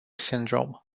syndrome